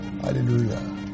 Hallelujah